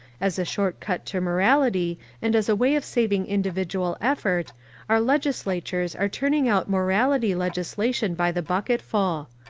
as a short cut to morality and as a way of saving individual effort our legislatures are turning out morality legislation by the bucketful.